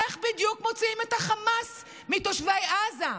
איך בדיוק מוציאים את החמאס מתושבי עזה?